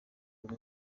bwo